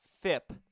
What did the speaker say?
FIP